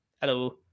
hello